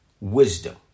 wisdom